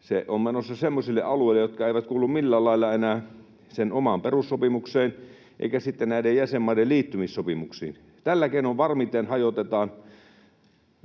Se on menossa semmoisille alueille, jotka eivät kuulu millään lailla enää sen omaan perussopimukseen eivätkä jäsenmaiden liittymissopimuksiin. Tällä keinoin varmiten hajotetaan